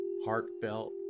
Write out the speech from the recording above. heartfelt